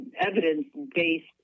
evidence-based